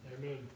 Amen